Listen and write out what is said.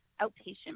outpatient